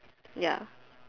ya